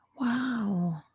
Wow